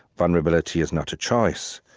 vulnerability is not a choice,